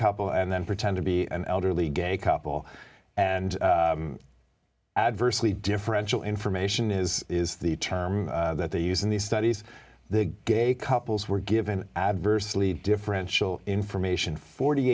couple and then pretend to be an elderly gay couple and adversely differential information is is the term that they use in these studies the gay couples were given adversely differential information forty